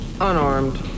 unarmed